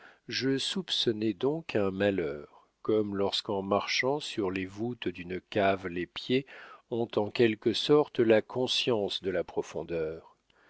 je soupçonnai donc un malheur comme lorsqu'en marchant sur les voûtes d'une cave les pieds ont en quelque sorte la conscience de la profondeur